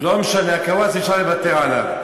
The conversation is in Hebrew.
לא משנה, קוואס, אפשר לוותר עליו.